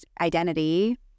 identity